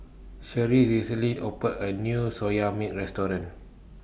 Cherri recently opened A New Soya Milk Restaurant